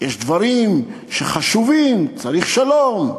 "יש דברים חשובים", "צריך שלום".